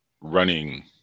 running